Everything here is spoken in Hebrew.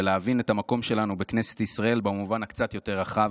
ולהבין את המקום שלנו בכנסת ישראל במובן קצת יותר רחב,